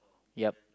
yup